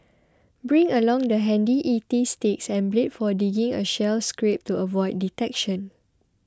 bring along the handy E T sticks and blade for digging a shell scrape to avoid detection